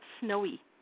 snowy